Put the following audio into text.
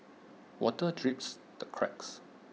water drips the cracks